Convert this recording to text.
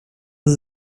sie